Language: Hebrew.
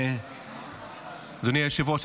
אדוני היושב-ראש,